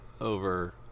over